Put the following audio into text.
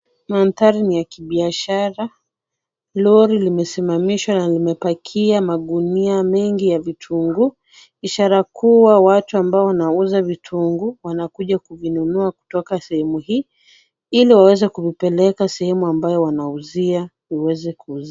Maandhari ya kibiashara, lori limesimamishwa na limepakia magunia mengi ya vitungu, ishara kuu watu ambao wanauza vitungu, wanakuja kuvinunua kutoka sehemu, hii ili waweze kupepeleka sehemu ambayo wanauzia iweze kuuziwa.